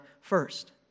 first